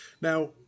Now